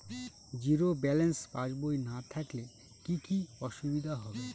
Zero balance পাসবই না থাকলে কি কী অসুবিধা হবে?